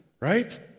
right